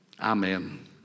amen